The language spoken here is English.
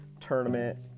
Tournament